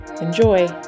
Enjoy